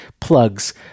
plugs